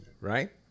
right